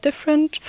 different